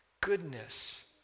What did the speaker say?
goodness